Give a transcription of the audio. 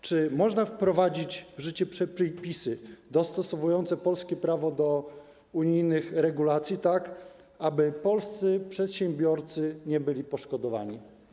Czy można wprowadzić w życie przepisy dostosowujące polskie prawo do unijnych regulacji, tak aby polscy przedsiębiorcy nie byli poszkodowani?